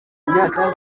imyaka